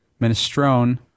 Minestrone